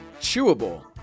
chewable